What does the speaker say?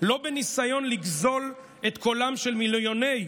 לא בניסיון לגזול את קולם של מיליוני,